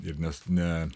ir nes ne